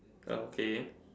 well okay